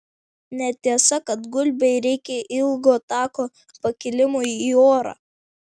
netiesa kad gulbei reikia ilgo tako pakilimui į orą